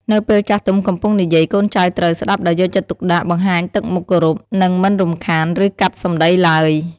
នៅពេលចាស់ទុំកំពុងនិយាយ កូនចៅត្រូវ ស្ដាប់ដោយយកចិត្តទុកដាក់ បង្ហាញទឹកមុខគោរព និងមិនរំខាន ឬ កាត់សម្ដី ឡើយ។